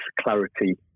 clarity